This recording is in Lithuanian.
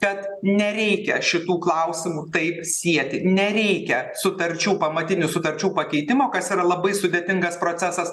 kad nereikia šitų klausimų taip sieti nereikia sutarčių pamatinių sutarčių pakeitimo kas yra labai sudėtingas procesas